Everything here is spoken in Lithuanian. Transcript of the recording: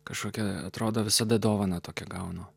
kažkokia atrodo visada dovana tokia gaunu